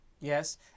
Yes